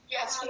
Yes